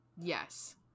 Yes